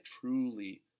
truly